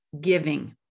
giving